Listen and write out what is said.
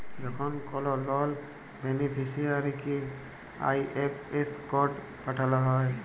যখল কল লল বেলিফিসিয়ারিকে আই.এফ.এস কড পাঠাল হ্যয়